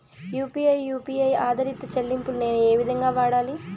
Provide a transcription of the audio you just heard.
UPI U P I ఆధారిత చెల్లింపులు నేను ఏ విధంగా వాడాలి?